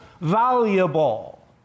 valuable